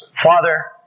Father